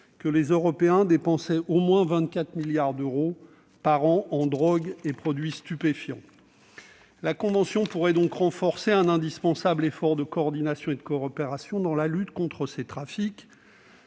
que les Européens dépensaient au moins 24 milliards d'euros par an en drogues et produits stupéfiants. La convention pourrait donc renforcer un indispensable effort de coordination et de coopération dans la lutte contre ces trafics,